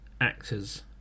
actors